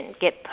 get